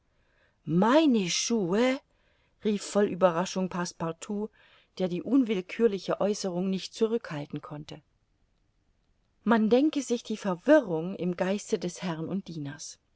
meine schuhe rief voll ueberraschung passepartout der die unwillkürliche aeußerung nicht zurückhalten konnte man denke sich die verwirrung im geiste des herrn und dieners